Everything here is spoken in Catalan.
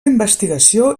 investigació